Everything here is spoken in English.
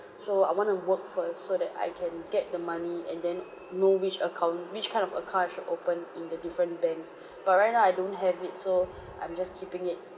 so I want to work first so that I can get the money and then know which account which kind of account I should open in the different banks but right now I don't have it so I'm just keeping it